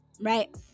right